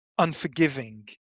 unforgiving